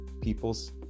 peoples